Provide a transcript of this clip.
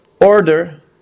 order